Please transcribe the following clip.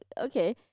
okay